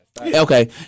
Okay